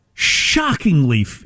shockingly